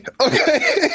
Okay